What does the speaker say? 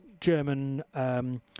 German